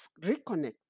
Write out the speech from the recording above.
reconnect